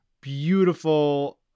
beautiful